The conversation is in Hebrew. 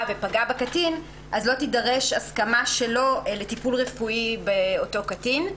ופגע בקטין אז לא תידרש הסכמה שלו לטיפול רפואי באותו קטין.